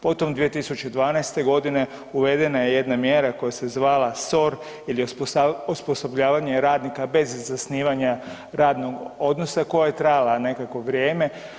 Potom, 2012. g. uvedena je jedna mjera koja se zvala SOR ili osposobljavanje radnika bez zasnivanja radnog odnosa koja je trajala nekakvo vrijeme.